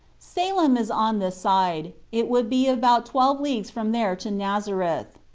salem is on this side it would be about twelve leagues from there to nazareth.